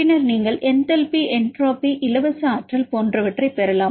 பின்னர் நீங்கள் enthalpy entropy இலவச ஆற்றல் போன்றவற்றைப் பெறலாம்